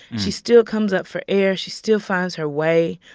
she still comes up for air. she still finds her way,